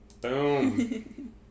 boom